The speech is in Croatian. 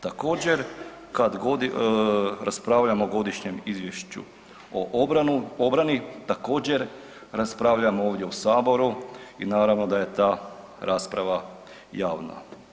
Također, kad god raspravljamo o godišnjem izvješću o obrani, također, raspravljamo ovdje u Saboru i naravno da je ta rasprava javna.